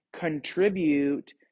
contribute